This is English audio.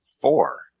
four